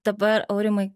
dabar aurimai